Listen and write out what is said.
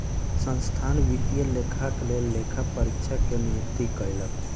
संस्थान वित्तीय लेखाक लेल लेखा परीक्षक के नियुक्ति कयलक